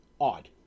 odd